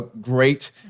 great